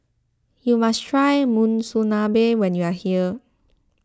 you must try Monsunabe when you are here